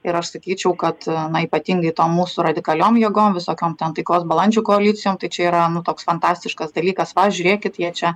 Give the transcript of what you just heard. ir aš sakyčiau kad na ypatingai to mūsų radikaliom jėgom visokiom ten taikos balandžių koalicijom tai čia yra nu toks fantastiškas dalykas va žiūrėkit jie čia